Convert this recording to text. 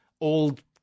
old